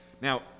Now